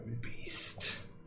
beast